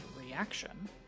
reaction